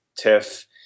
TIFF